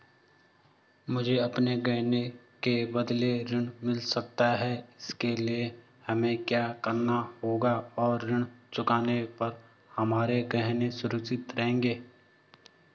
मुझे अपने गहने के बदलें ऋण मिल सकता है इसके लिए हमें क्या करना होगा और ऋण चुकाने पर हमारे गहने सुरक्षित रहेंगे?